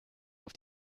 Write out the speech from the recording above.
auf